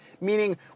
Meaning